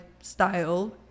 style